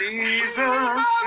Jesus